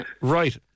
Right